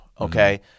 okay